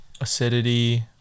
acidity